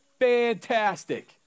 fantastic